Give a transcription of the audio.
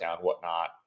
whatnot